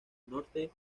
norte